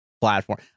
platform